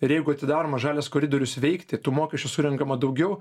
ir jeigu atidaromas žalias koridorius veikti tų mokesčių surenkama daugiau